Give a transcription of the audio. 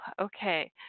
okay